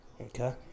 Okay